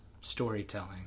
storytelling